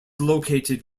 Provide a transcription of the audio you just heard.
located